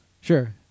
Sure